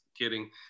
kidding